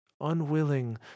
unwilling